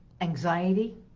anxiety